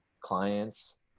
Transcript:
clients